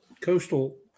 coastal